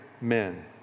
men